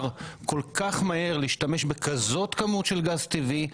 כל כך מהר להשתמש בכזאת כמות של גז טבעי,